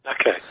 Okay